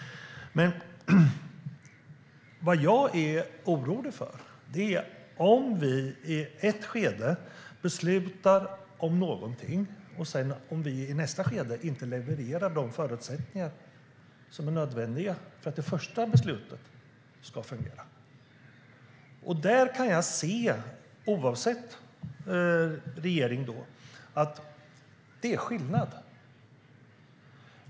Vad jag är orolig för är att vi i ett skede beslutar om någonting men i nästa skede inte levererar de förutsättningar som är nödvändiga för att det första beslutet ska fungera. Oavsett regering är det skillnad.